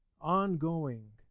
ongoing